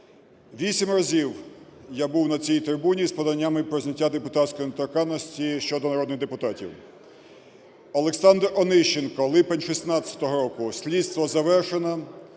Вісім разів я був на цій трибуні з поданнями про зняття депутатської недоторканності щодо народних депутатів. Олександр Онищенко – липень 16-го року. Слідство завершено,